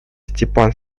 степан